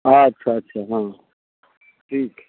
अच्छा अच्छा हाँ ठीक है